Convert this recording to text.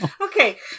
okay